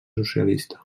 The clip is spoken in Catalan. socialista